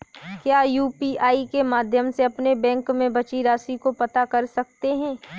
क्या यू.पी.आई के माध्यम से अपने बैंक में बची राशि को पता कर सकते हैं?